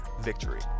victory